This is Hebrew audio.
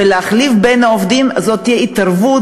ולהחליף בין העובדים זאת תהיה התערבות